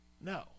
no